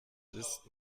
ist